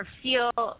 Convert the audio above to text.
feel